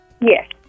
Yes